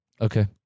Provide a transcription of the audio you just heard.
Okay